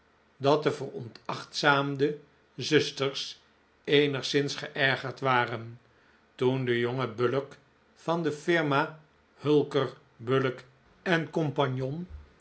dat de veronachtzaamde zusters eenigszins geergerd waren toen de jonge bullock van de firma hulker bullock